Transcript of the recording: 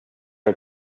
our